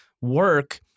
work